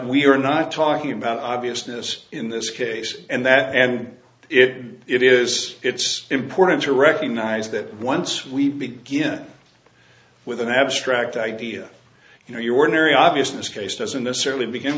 we're not talking about obviousness in this case and that and it it is it's important to recognize that once we begin with an abstract idea you know your ordinary obviousness case doesn't necessarily begin